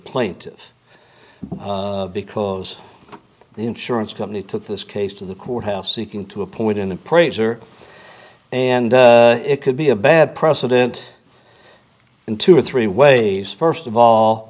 plaintive because the insurance company took this case to the courthouse seeking to appoint an appraiser and it could be a bad precedent in two or three ways first of all